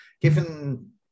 given